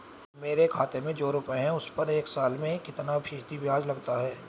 मेरे खाते में जो रुपये हैं उस पर एक साल में कितना फ़ीसदी ब्याज लगता है?